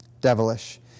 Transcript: devilish